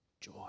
joy